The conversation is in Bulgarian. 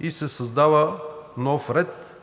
и се създава нов ред